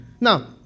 Now